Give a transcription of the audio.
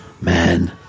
man